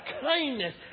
kindness